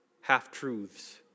Half-truths